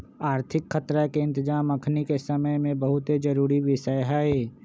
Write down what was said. आर्थिक खतरा के इतजाम अखनीके समय में बहुते जरूरी विषय हइ